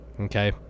Okay